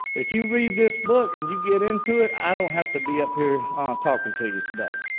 if you read this book and you get into it, i don't have to be up here talking to you today.